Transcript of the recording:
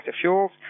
fuels